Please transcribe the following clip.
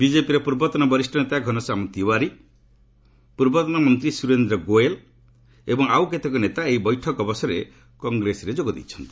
ବିଜେପିର ପୂର୍ବତନ ବରିଷ୍ଣ ନେତା ଘନଶ୍ୟାମ ତିୱାରୀ ପୂର୍ବତନ ମନ୍ତ୍ରୀ ସୁରେନ୍ଦ୍ର ଗୋଏଲ୍ ଏବଂ ଆଉ କେତେକ ନେତା ଏହି ବୈଠକ ଅବସରରେ କଂଗ୍ରେସରେ ଯୋଗ ଦେଇଛନ୍ତି